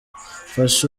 mfasha